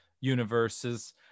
universes